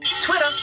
Twitter